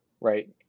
Right